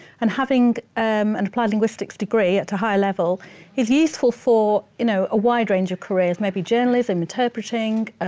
and having an um and applied linguistics degree at a high level is useful for you know a wide range of careers maybe journalism, interpreting,